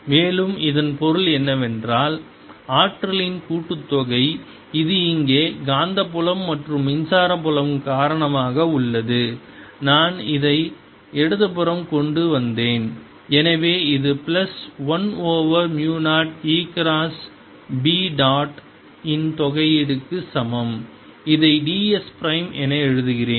மேலும் இதன் பொருள் என்னவென்றால் ஆற்றலின் கூட்டுத்தொகை இது இங்கே காந்தப்புலம் மற்றும் மின்சார புலம் காரணமாக உள்ளது நான் அதை இடது புறம் கொண்டு வந்தேன் எனவே இது plus 1 over mu 0 E cross B dot இன் தொகையீடு க்கு சமம் இதை ds பிரைம் என எழுதுகிறேன்